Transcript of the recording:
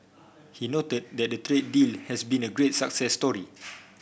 he noted that the trade deal has been a great success story